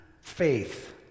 faith